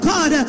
God